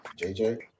JJ